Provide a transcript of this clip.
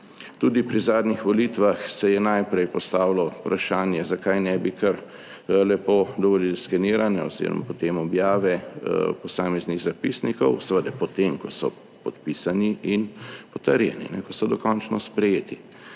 Tudi pri zadnjih volitvah se je najprej postavilo vprašanje, zakaj ne bi kar lepo dovolili skenirane oziroma potem objave posameznih zapisnikov, seveda potem, ko so podpisani in potrjeni, ko so dokončno sprejeti.